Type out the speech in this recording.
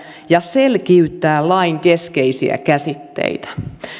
ja selkiyttää lain keskeisiä käsitteitä